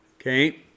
Okay